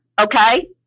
Okay